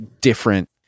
different